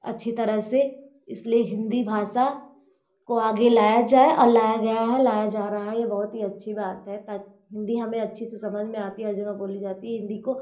अच्छी तरह से इसलिए हिन्दी भाषा को आगे लाया जाए और लाया गया है लाया जा रहा है ये बहुत ही अच्छी बात है ताकि हिन्दी हमें अच्छी से समझ में आती हर जगह बोली जाती है हिन्दी को